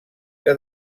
que